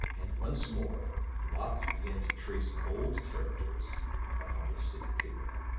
and once more locke began to trace bold characters upon the stiff paper.